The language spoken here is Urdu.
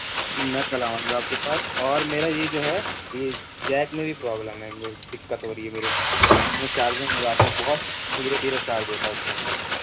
میں کل آؤں گا آپ کے پاس اور میرا یہ جو ہے یہ جیک میں بھی پرابلم ہے دقت ہو رہی ہے میرے اس میں چارجنگ لگاتا ہوں بہت دھیرے دھیرے چارج ہوتا ہے اس کے اندر